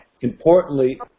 Importantly